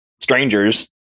strangers